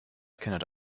cannot